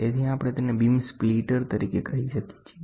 તેથી આપણે તેને બીમ સ્પ્લિટર તરીકે કહી શકીએ છીએ